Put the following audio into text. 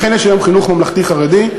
לכן יש היום חינוך ממלכתי חרדי,